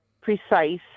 precise